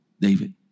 David